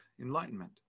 enlightenment